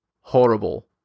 horrible